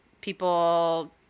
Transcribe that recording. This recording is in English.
people